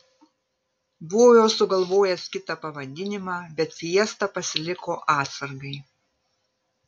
buvo jau sugalvojęs kitą pavadinimą bet fiestą pasiliko atsargai